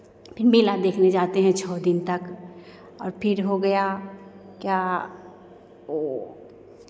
फिर मेला देखने जाते हैं छौ दिन तक और फिर हो गया वो